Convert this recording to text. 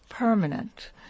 permanent